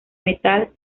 metal